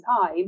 time